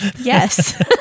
yes